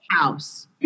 house